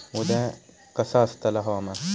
उद्या कसा आसतला हवामान?